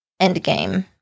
Endgame